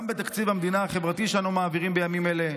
בתקציב המדינה החברתי שאנו מעבירים בימים אלה,